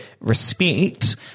respect